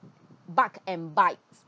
bug and bites